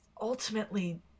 ultimately